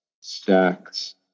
Stacks